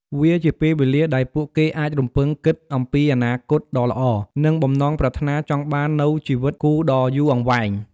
វាជាពេលវេលាដែលពួកគេអាចរំពឹងគិតអំពីអនាគតដ៏ល្អ និងបំណងប្រាថ្នាចង់បាននូវជីវិតគូដ៏យូរអង្វែង។